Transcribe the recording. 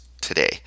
today